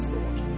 Lord